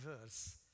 verse